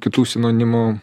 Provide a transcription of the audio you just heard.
kitų sinonimų